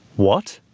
what?